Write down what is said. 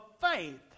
faith